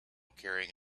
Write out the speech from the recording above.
carrying